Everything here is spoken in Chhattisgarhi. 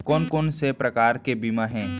कोन कोन से प्रकार के बीमा हे?